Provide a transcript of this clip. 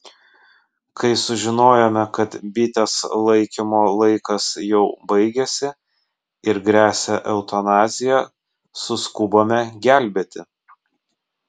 kai sužinojome kad bitės laikymo laikas jau baigėsi ir gresia eutanazija suskubome gelbėti